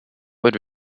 would